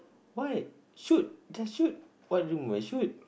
why shoot just shoot what do you mean by shoot